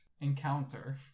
encounter